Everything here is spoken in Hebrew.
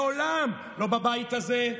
תעזו לעולם, לא בבית הזה,